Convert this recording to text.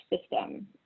system